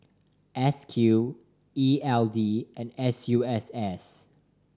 S Q E L D and S U S S